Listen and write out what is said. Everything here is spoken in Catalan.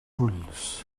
ulls